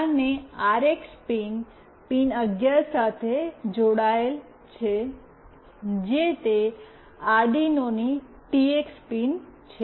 અને RX pin pin 11 સાથે જોડાયેલ છે જે તે અરડિનોની ટીએક્સ પિન છે